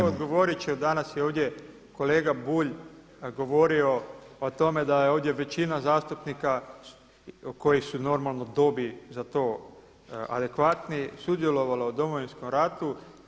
Evo odgovoriti ću danas ovdje, kolega Bulj je govorio o tome da je ovdje većina zastupnika koji su normalno dobi za to adekvatni, sudjelovalo u Domovinskom ratu.